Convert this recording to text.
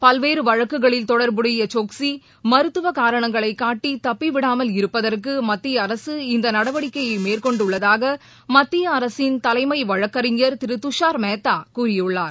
பல்வேறு வழக்குகளில் தொடர்புடைய சோக்கஸி மருத்துவ காரணங்களைக் காட்டி தப்பிவிடாமல் இருப்பதற்கு மத்திய அரசு இந்த நடவடிக்கையை மேற்கொண்டுள்ளதாக மத்திய அரசின் தலைமை வழக்கறிஞர் திரு துஷர் மேத்தர் கூறியுள்ளார்